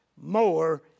more